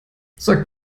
sag